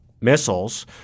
missiles